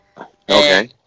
Okay